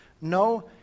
No